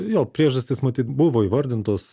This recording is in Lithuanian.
jo priežastis matyt buvo įvardintos